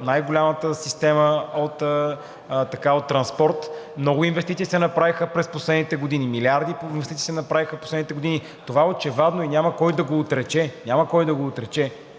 най-голямата система от транспорт, много инвестиции се направиха през последните години – милиарди инвестиции в последните години, това е очевадно и няма кой да го отрече.